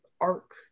arc